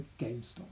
GameStop